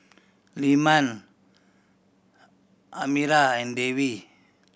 Leman Amirah and Dewi